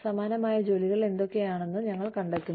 സമാനമായ ജോലികൾ ഏതൊക്കെയാണെന്ന് ഞങ്ങൾ കണ്ടെത്തുന്നു